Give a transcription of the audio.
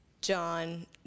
John